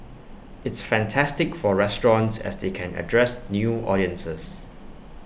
it's fantastic for restaurants as they can address new audiences